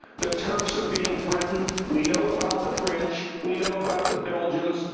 the turks are being threatened. we know about the french. we know about the belgians.